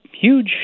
huge